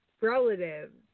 relatives